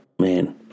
man